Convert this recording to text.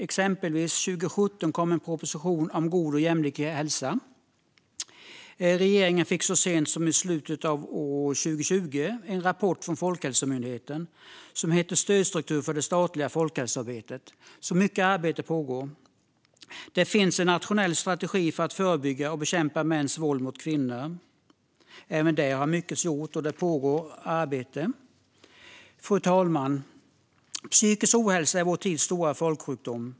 Exempelvis kom det 2017 en proposition om god och jämlik hälsa, och regeringen fick så sent som i slutet av år 2020 en rapport från Folkhälsomyndigheten som heter På väg mot en god och jämlik hälsa - Stödstruktur för det statliga folkhälsoarbetet , så mycket arbete pågår. Det finns en nationell strategi för att förebygga och bekämpa mäns våld mot kvinnor. Även där har mycket gjorts, och det pågår arbete. Fru talman! Psykisk ohälsa är vår tids stora folksjukdom.